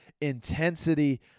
Intensity